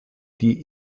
die